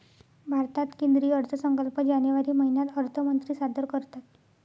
भारतात केंद्रीय अर्थसंकल्प जानेवारी महिन्यात अर्थमंत्री सादर करतात